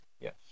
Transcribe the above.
Yes